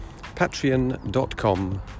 patreon.com